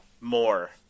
more